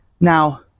Now